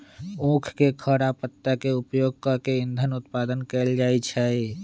उख के खर आ पत्ता के उपयोग कऽ के इन्धन उत्पादन कएल जाइ छै